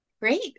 Great